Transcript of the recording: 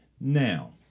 Now